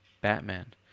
Batman